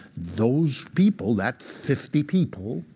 those people, that fifty people,